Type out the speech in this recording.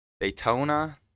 Daytona